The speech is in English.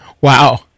Wow